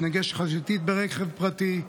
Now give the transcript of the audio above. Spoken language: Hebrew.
התנגש חזיתית ברכב פרטי,